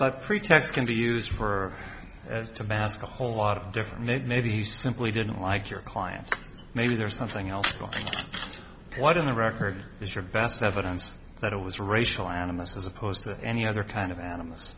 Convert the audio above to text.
but pretext can be used for tabasco whole lot of different maybe you simply didn't like your client maybe there's something else what in the record is your best evidence that it was a racial animus as opposed to any other kind of animals